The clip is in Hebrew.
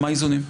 מה האיזונים?